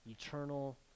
eternal